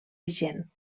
vigent